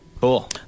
Cool